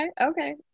okay